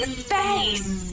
space